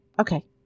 Okay